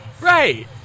Right